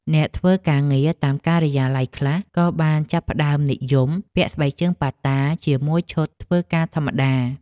អ្នកធ្វើការងារតាមការិយាល័យខ្លះក៏បានចាប់ផ្តើមនិយមពាក់ស្បែកជើងប៉ាតាជាមួយឈុតធ្វើការធម្មតា។